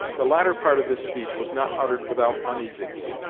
the latter part of this speech was not uttered without uneasiness.